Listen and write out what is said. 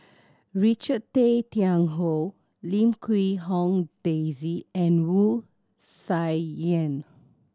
Richard Tay Tian Hoe Lim Quee Hong Daisy and Wu Tsai Yen